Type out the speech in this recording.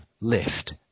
lift